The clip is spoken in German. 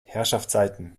herrschaftszeiten